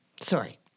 Sorry